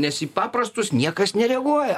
nes į paprastus niekas nereaguoja